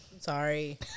Sorry